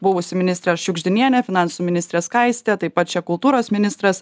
buvusi ministrė šiugždinienė finansų ministrė skaistė taip pat čia kultūros ministras